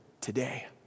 today